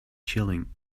chilling